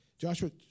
Joshua